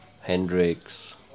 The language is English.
Hendrix